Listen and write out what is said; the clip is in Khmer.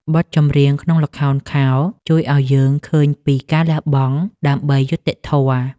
បទចម្រៀងក្នុងល្ខោនខោលជួយឱ្យយើងឃើញពីការលះបង់ដើម្បីយុត្តិធម៌។